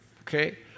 okay